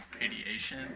radiation